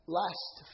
last